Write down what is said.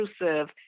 intrusive